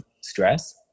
stress